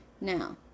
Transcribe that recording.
Now